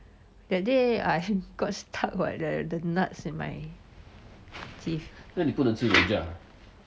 that day I got stuck [what] the nuts in my teeth